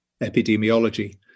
epidemiology